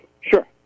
Sure